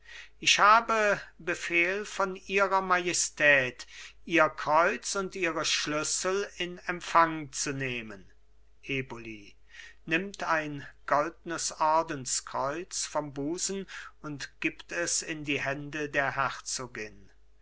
ich habe befehl von ihrer majestät ihr kreuz und ihre schlüssel in empfang zu nehmen eboli nimmt ein goldnes ordenskreuz vom busen und gibt es in die hände der herzogin